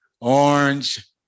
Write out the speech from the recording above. Orange